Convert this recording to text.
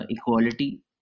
equality